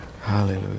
Hallelujah